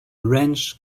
wrench